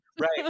Right